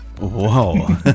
wow